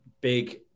big